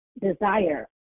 desire